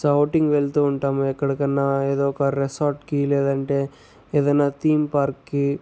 so outing వెళ్తూ ఉంటాము ఎక్కడికన్నా ఏదో ఒక రెసాట్కి లేదంటే ఏదన్నా థీమ్ పార్క్కి